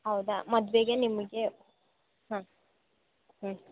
ಹೌದಾ ಮದುವೆಗೆ ನಿಮಗೆ ಹಾಂ ಹ್ಞೂ